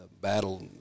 Battle